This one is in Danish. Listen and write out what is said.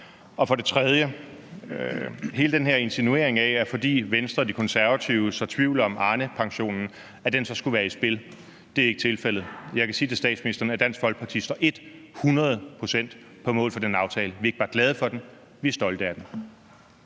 sige med hensyn til hele den her insinuation om, at fordi Venstre og De Konservative sår tvivl om Arnepension, så skulle den være i spil, at det ikke er tilfældet. Jeg kan sige til statsministeren, at Dansk Folkeparti står hundrede procent på mål for den aftale. Vi er ikke bare glade for den, vi er stolte af den.